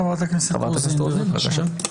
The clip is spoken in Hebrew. חברת הכנסת רוזין, בבקשה.